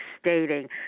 stating